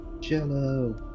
Jell-O